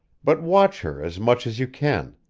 but watch her as much as you can,